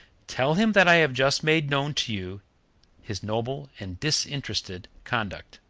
tell him that i have just made known to you his noble and disinterested conduct.